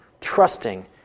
trusting